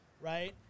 right